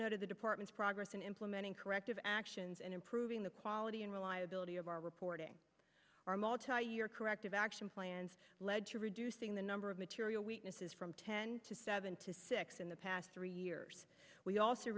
noted the department's progress in implementing corrective actions and improving the quality and reliability of our reporting arm all to your corrective action plans lead to reducing the number of material weaknesses from ten to seven to six in the past three years we also